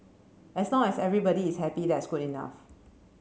as long as everybody is happy that's good enough